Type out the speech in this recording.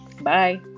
Bye